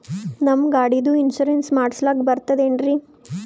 ನಮ್ಮ ಗಾಡಿದು ಇನ್ಸೂರೆನ್ಸ್ ಮಾಡಸ್ಲಾಕ ಬರ್ತದೇನ್ರಿ?